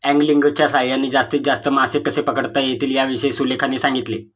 अँगलिंगच्या सहाय्याने जास्तीत जास्त मासे कसे पकडता येतील याविषयी सुलेखाने सांगितले